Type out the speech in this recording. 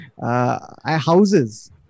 Houses